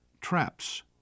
traps